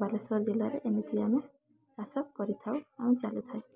ବାଲେଶ୍ୱର ଜିଲ୍ଲାରେ ଏମିତି ଆମେ ଚାଷ କରିଥାଉ ଆଉ ଚାଲିଥାଏ